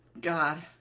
God